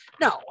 No